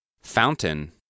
Fountain